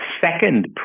second